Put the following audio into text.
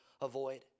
avoid